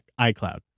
iCloud